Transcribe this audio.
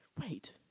wait